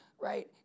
right